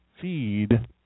feed